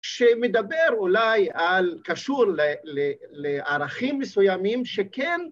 שמדבר אולי על, קשור לערכים מסוימים שכן